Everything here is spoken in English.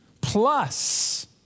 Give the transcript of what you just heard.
plus